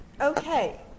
Okay